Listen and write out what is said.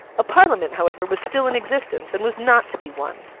a parliament, however, was still in existence, and was not to be won.